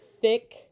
thick